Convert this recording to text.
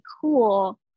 cool